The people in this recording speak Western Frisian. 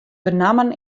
benammen